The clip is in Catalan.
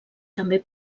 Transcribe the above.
també